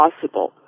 possible